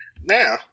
now